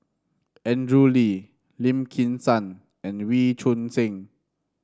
Andrew Lee Lim Kim San and Wee Choon Seng